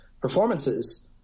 performances